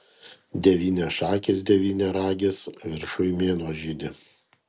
devyniašakis devyniaragis viršuj mėnuo žydi